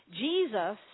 Jesus